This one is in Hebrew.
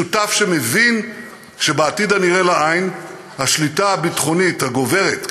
שותף שמבין שבעתיד הנראה לעין השליטה הביטחונית הגוברת,